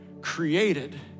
created